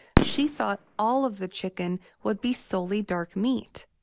she thought all of the chicken would be solely dark meat.